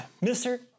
Mister